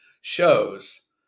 shows